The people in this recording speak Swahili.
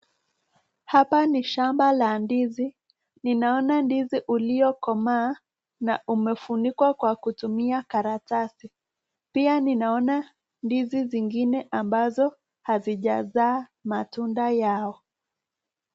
Hapa ni shamba la ndizi. Ninaona ndizi uliokomaa na umefunikwa kwa kutumia karatasi. Pia ninaona ndizi zingine ambazo hazijazaa matunda yao.